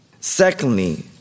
Secondly